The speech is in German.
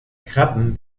krabben